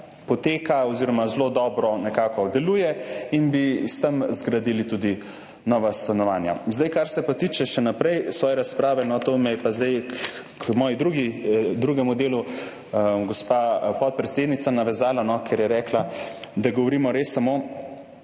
poteka oziroma zelo dobro deluje in bi s tem zgradili tudi nova stanovanja. Kar se pa tiče še naprej moje razprave, zdaj me je pa k mojemu drugemu delu gospa podpredsednica navezala, ker je rekla, da govorimo res samo